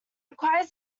requires